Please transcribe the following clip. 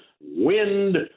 wind